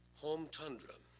home tundra.